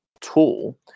tool